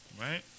Right